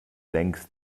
längst